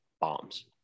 bombs